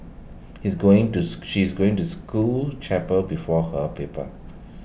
he's going tooth she's going to school chapel before her paper